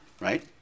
right